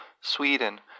Sweden